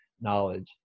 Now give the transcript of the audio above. knowledge